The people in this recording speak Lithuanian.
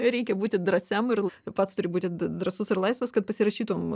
reikia būti drąsiam ir pats turi būti drąsus ir laisvas kad pasirašytum